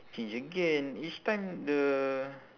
change again each time the